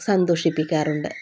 സന്തോഷിപ്പിക്കാറുണ്ട്